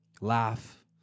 laugh